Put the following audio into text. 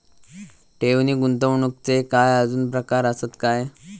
ठेव नी गुंतवणूकचे काय आजुन प्रकार आसत काय?